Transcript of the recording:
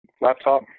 laptop